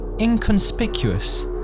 inconspicuous